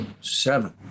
seven